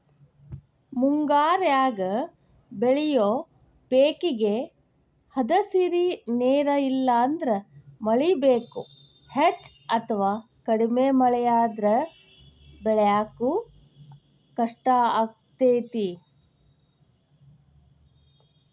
ಮುಂಗಾರ್ಯಾಗ ಬೆಳಿಯೋ ಪೇಕೇಗೆ ಹದಸಿರಿ ನೇರ ಇಲ್ಲಂದ್ರ ಮಳಿ ಬೇಕು, ಹೆಚ್ಚ ಅಥವಾ ಕಡಿಮೆ ಮಳೆಯಾದ್ರೂ ಬೆಳ್ಯಾಕ ಕಷ್ಟಾಗ್ತೇತಿ